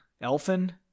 Elfin